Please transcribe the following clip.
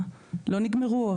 לא נגמרו,